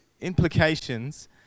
implications